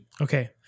Okay